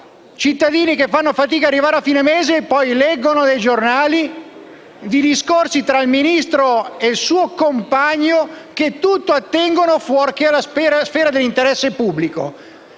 Cittadini che fanno fatica ad arrivare a fine mese e poi leggono dai giornali di discorsi tra il Ministro e il suo compagno che a tutto attengono fuorché alla sfera dell'interesse pubblico.